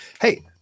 Hey